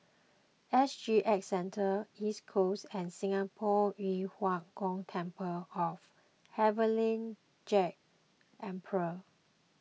S G X Centre East Coast and Singapore Yu Huang Gong Temple of Heavenly Jade Emperor